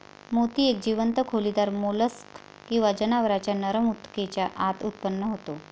मोती एक जीवंत खोलीदार मोल्स्क किंवा जनावरांच्या नरम ऊतकेच्या आत उत्पन्न होतो